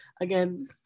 Again